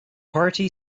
party